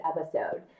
episode